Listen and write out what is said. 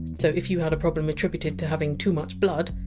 so if you had a problem attributed to having too much blood,